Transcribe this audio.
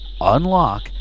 unlock